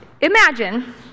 imagine